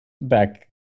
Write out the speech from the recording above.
back